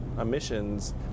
emissions